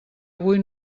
avui